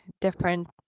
different